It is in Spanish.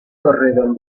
redondeado